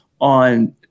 on